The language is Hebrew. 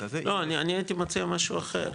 לא, אני הייתי מציע משהו אחר.